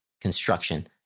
construction